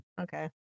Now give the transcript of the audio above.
okay